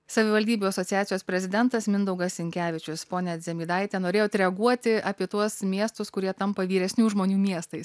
savivaldybių asociacijos prezidentas mindaugas sinkevičius pone dzemydaite norėjote reaguoti apie tuos miestus kurie tampa vyresnių žmonių miestais